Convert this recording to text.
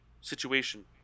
Situation